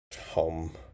home